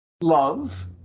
love